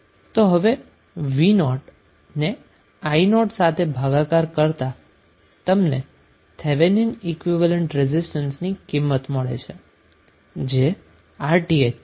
તો હવે v nought ને I નોટ સાથે ભાગાકાર કરતાં તમને થેવેનિન ઈક્વીવેલેન્ટ રેઝિસ્ટન્સની કિંમત મળે છે જે Rth છે